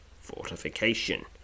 fortification